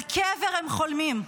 על קבר הם חולמים.